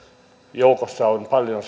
joukossa on paljon